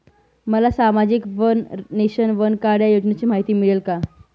मला सामाजिक one nation, one card या योजनेची माहिती मिळेल का?